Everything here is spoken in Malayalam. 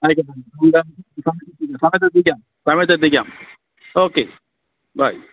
ആയിക്കോട്ടെ എന്നാ സമയത്തെത്തിക്കാം സമയത്തെത്തിക്കാം ഓക്കെ ബൈ